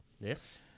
Yes